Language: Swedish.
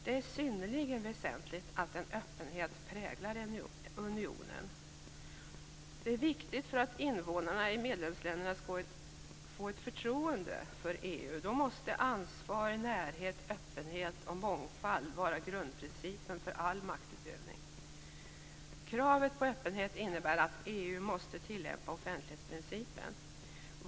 Det är synnerligen väsentligt att en öppenhet präglar unionen. För att invånarna i medlemsländerna skall få ett förtroende för EU måste ansvar, närhet, öppenhet och mångfald vara grundprinciper för all maktutövning. Kravet på öppenhet innebär att EU måste tillämpa offentlighetsprincipen.